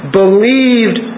believed